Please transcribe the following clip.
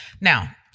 Now